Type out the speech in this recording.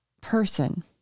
person